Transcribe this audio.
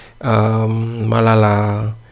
Malala